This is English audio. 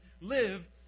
live